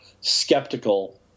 skeptical